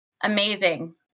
amazing